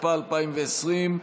התשפ"א 2020,